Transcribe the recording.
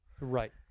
right